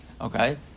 Okay